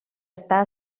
està